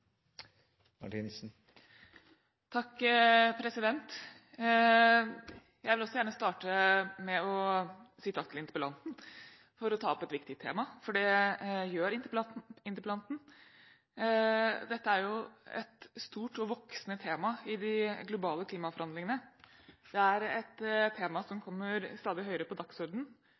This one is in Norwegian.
Jeg vil også gjerne starte med å si takk til interpellanten for å ta opp et viktig tema, for det gjør interpellanten. Dette er et stort og voksende tema i de globale klimaforhandlingene. Det er et tema som kommer stadig høyere på